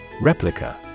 Replica